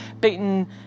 beaten